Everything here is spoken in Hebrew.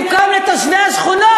במקום לתושבי השכונות,